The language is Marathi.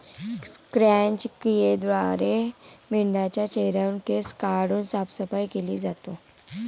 क्रॅच क्रियेद्वारे मेंढाच्या चेहऱ्यावरुन केस काढून साफसफाई केली जाते